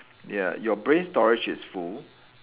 ya your brain storage is full